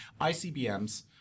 ICBMs